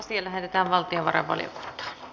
asia lähetettiin valtiovarainvaliokuntaan